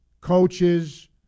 coaches